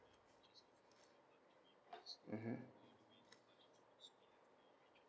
mmhmm